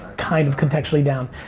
kind of contextually down.